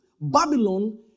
Babylon